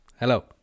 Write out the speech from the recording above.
Hello